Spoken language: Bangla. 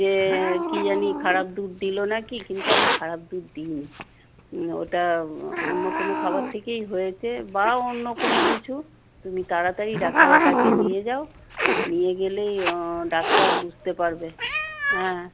যে কি জানি খারাপ দুধ দিল না কি কিন্তু আমি খারাপ দুধ দিই নি ওটা অন্য কোনও খাবার থেকেই হয়েছে বা অন্য কোনও কিছু তুমি তাড়াতাড়ি ডাক্তারের কাছে নিয়ে যাও নিয়ে গেলেই ডাক্তার বুঝতে পারবে হ্যাঁ